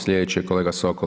Sljedeći je kolega Sokol.